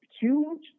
huge